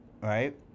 right